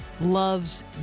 loves